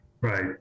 right